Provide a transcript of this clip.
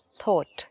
thought